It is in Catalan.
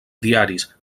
diaris